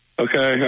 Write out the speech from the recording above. okay